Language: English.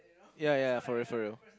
ya ya for real for real